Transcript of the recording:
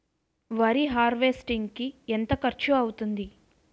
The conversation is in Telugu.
వరి హార్వెస్టింగ్ కి ఎంత ఖర్చు అవుతుంది?